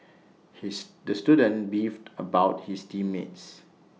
his the student beefed about his team mates